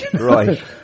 Right